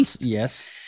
yes